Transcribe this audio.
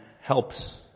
helps